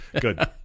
Good